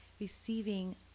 receiving